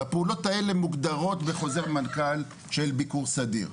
והפעולות האלה מוגדרות בחוזר מנכ"ל של ביקור-סדיר.